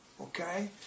okay